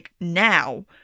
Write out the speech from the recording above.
now